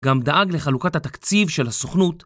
‫גם דאג לחלוקת התקציב של הסוכנות.